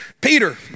Peter